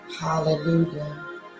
Hallelujah